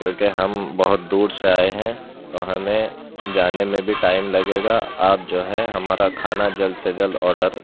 کیونکہ ہم بہت دور سے آئے ہیں اور ہمیں جانے میں بھی ٹائم لگے گا آپ جو ہے ہمارا کھانا جلد سے جلد آرڈر